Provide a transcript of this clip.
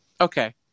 Okay